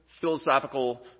philosophical